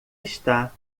está